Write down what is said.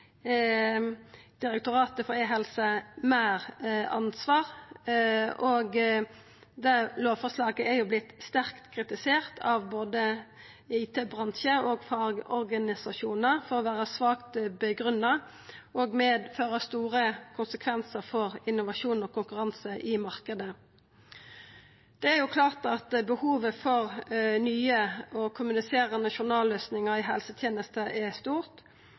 Direktoratet for e-helse meir ansvar, og lovforslaget har vorte sterkt kritisert av både IT-bransjen og fagorganisasjonar for å vera svakt grunngitt og for å medføra store konsekvensar for innovasjon og konkurranse i marknaden. Det er klart at behovet for nye og kommuniserande journalløysingar i helsetenesta er stort,